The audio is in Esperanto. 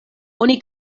oni